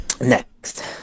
Next